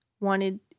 wanted